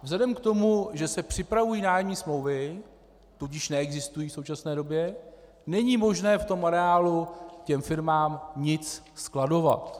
Vzhledem k tomu, že se připravují nájemní smlouvy, tudíž neexistují v současné době, není možné v areálu firmám nic skladovat.